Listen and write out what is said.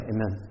Amen